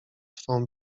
twą